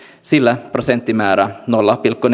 sillä prosenttimäärää nolla pilkku